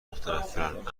متنفرن